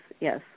yes